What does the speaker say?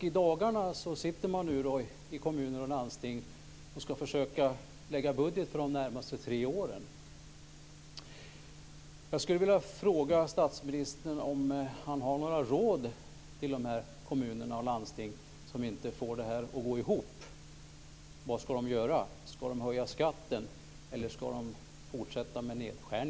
I dagarna sitter man i kommuner och landsting och försöker lägga budget för de närmaste tre åren.